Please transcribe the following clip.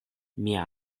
mia